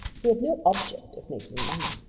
he had no object of making money.